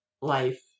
life